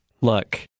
Look